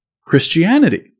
Christianity